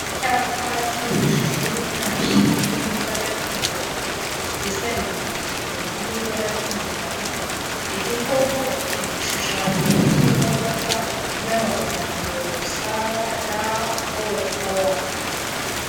Icyapa kiri mu ishusho y'umwashi iri mui ibara ry'umuhondo, izengurutswe n'ibara ry'umukara, iriho igishushanyo k'imodoka n'amagambo S L O W.